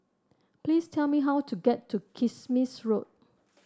please tell me how to get to Kismis Road